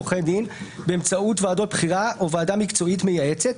עורכי דין באמצעות ועדות בחירה או ועדה מקצועית מייעצת.